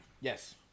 Yes